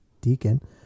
deacon